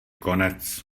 konec